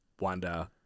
wonder